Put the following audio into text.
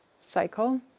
cycle